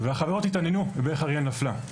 והחברות התעניינו איך אריאל נפלה.